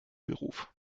beruf